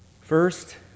first